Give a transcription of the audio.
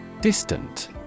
Distant